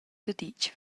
daditg